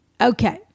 Okay